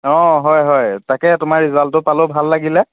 অঁ হয় হয় তাকে তোমাৰ ৰিজাল্টটো পালোঁ ভাল লাগিলে